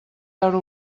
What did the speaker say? veure